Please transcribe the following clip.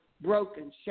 broken